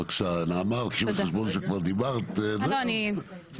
בבקשה, נעמה, וקחי בחשבון שכבר דיברת, אז תקצרי.